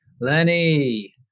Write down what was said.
Lenny